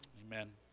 Amen